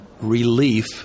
Relief